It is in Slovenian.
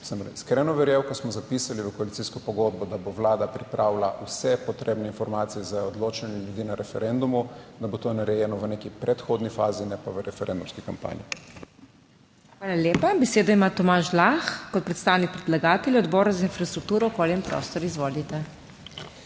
iskreno verjel, ko smo zapisali v koalicijsko pogodbo, da bo Vlada pripravila vse potrebne informacije za odločanje ljudi na referendumu, da bo to narejeno v neki predhodni fazi, ne pa v referendumski kampanji. **PODPREDSEDNICA MAG. MEIRA HOT:** Hvala lepa. Besedo ima Tomaž Lah kot predstavnik predlagatelja Odbora za infrastrukturo, okolje in prostor. Izvolite.